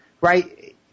right